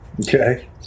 Okay